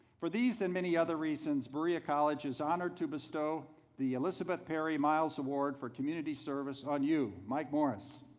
for these and many other reasons, berea college is honored to bestow the elizabeth perry miles award for community service on you mike morris